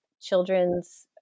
children's